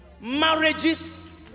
marriages